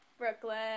Brooklyn